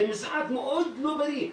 זה משחק מאוד לא בריא.